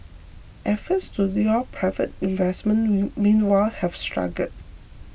efforts to lure private investment meanwhile have struggled